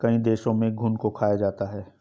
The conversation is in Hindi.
कई देशों में घुन को खाया जाता है